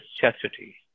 chastity